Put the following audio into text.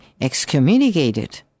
excommunicated